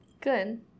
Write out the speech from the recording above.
good